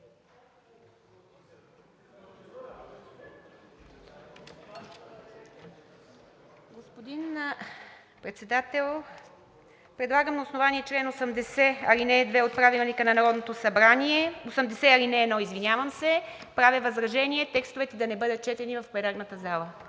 Господин Председател, предлагам на основание чл. 80, ал. 2 от Правилника на Народното събрание – чл. 80, ал. 1, извинявам се, правя предложение текстовете да не бъдат четени в пленарната зала.